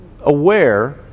aware